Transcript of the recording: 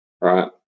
right